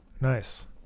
Nice